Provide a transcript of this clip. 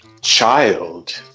Child